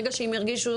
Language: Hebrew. ברגע שאם ירגישו,